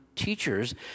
teachers